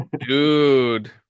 dude